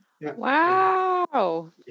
Wow